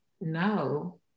No